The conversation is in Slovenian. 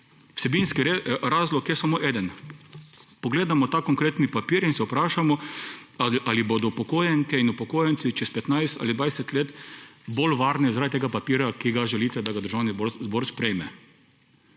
vsebinski razlog je samo eden, pogledamo ta konkretni papir in se vprašamo, ali bodo upokojenke in upokojenci čez 15 ali 20 let bolj varni zaradi tega papirja, ki ga želite, da ga Državni zbor sprejme.